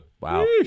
Wow